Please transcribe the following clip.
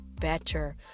Better